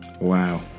Wow